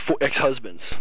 Ex-husbands